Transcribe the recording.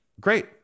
great